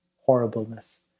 horribleness